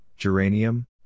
geranium